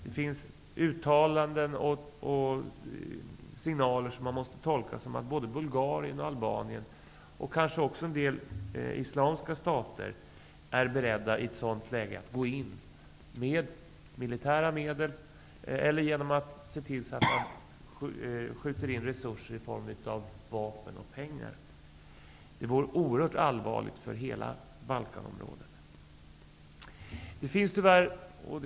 Det finns uttalanden och signaler som man måste tolka som att både Bulgarien och Albanien och kanske också en del islamiska stater är beredda att gå in med militära medel eller skjuta till resurser i form av vapen eller pengar i ett sådant läge. Det vore oerhört allvarligt för hela Balkanområdet.